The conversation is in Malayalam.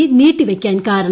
കേസ് നീട്ടിവയ്ക്കാൻ കാരണം